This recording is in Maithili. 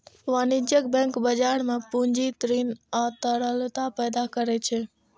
वाणिज्यिक बैंक बाजार मे पूंजी, ऋण आ तरलता पैदा करै छै